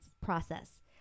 process